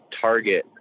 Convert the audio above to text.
target